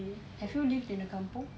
have you lived in a kampung